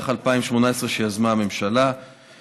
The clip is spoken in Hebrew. הצעת חוק לתיקון פקודת המשטרה (מס' 34),